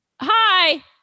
hi